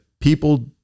people